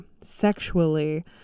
sexually